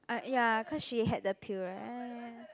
I ya cause she had the pill right